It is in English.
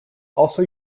also